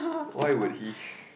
why would he